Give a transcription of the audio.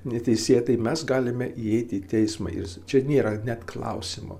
neteisėtai mes galime įeiti į teismą ir čia nėra net klausimo